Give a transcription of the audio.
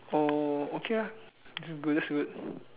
oh okay lah that's good that's good